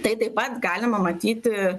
tai taip pat galima matyti